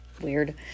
Weird